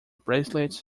bracelets